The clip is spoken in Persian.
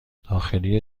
داخلی